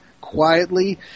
quietly